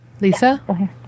Lisa